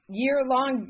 year-long